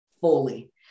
fully